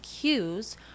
cues